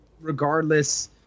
Regardless